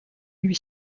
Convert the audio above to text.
lui